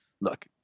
look